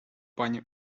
пані